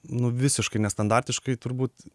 nu visiškai nestandartiškai turbūt